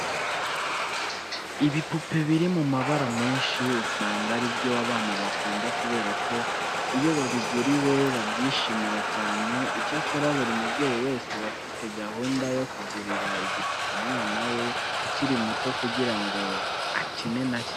Ibipupe biri mu mabara menshi, usanga ari byo abana bakunda kubera ko iyo babiguriwe babyishimira cyane. Icyakora buri mubyeyi wese aba afite gahunda yo kugurira igipupe umwana we ukiri muto kugira ngo akine na cyo.